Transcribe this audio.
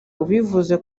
ubivuze